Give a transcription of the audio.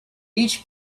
each